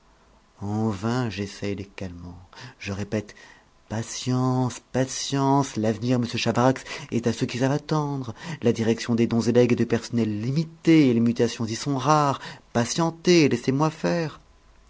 en vain j'essaye des calmants je répète patience patience l'avenir monsieur chavarax est à ceux qui savent attendre la direction des dons et legs est de personnel limité et les mutations y sont rares patientez et laissez-moi faire